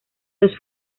los